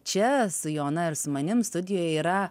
čia su joana ir su manim studijoj yra